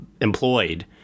employed